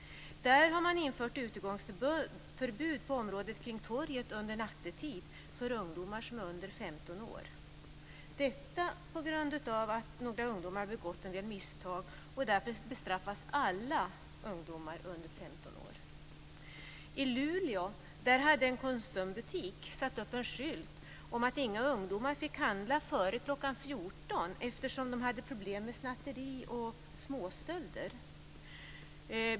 Där har man infört utegångsförbud på området kring torget nattetid för ungdomar under 15 år. Några ungdomar har begått en del misstag, och därför bestraffas alla ungdomar under 15 år. I Luleå hade en Konsumbutik satt upp en skylt om att inga ungdomar fick handla före kl. 14.00 eftersom man hade problem med snatteri och småstölder.